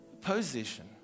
possession